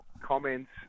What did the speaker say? comments